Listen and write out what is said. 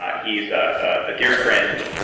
ah he is a dear friend,